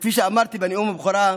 וכפי שאמרתי בנאום הבכורה,